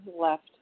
left